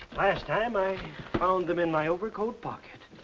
last time i found them in my overcoat pocket.